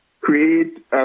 create